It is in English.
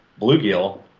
bluegill